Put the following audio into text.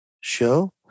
show